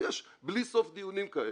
יש בלי סוף דיונים כאלה.